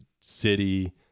City